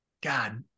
God